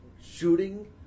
shooting